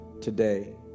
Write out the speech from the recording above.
today